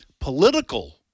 political